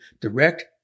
direct